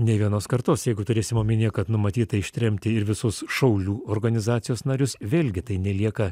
nei vienos kartos jeigu turėsim omenyje kad numatyta ištremti ir visus šaulių organizacijos narius vėlgi tai nelieka